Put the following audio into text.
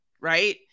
Right